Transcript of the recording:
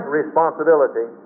responsibility